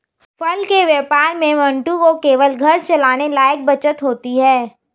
फल के व्यापार में मंटू को केवल घर चलाने लायक बचत होती है